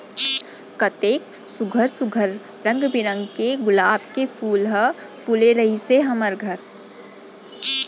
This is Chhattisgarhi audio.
कतेक सुग्घर सुघ्घर रंग बिरंग के गुलाब के फूल ह फूले रिहिस हे हमर घर